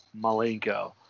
Malenko